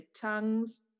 tongues